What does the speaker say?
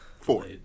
four